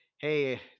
Hey